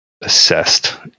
assessed